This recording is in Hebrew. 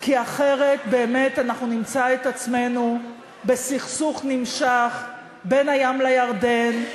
כי אחרת באמת נמצא את עצמנו בסכסוך נמשך בין הים לירדן,